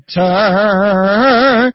turn